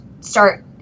start